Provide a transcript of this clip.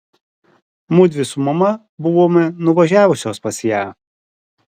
mudvi su mama buvome nuvažiavusios pas ją